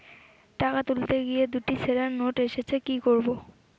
টাকা তুলতে গিয়ে দুটো ছেড়া নোট এসেছে কি করবো?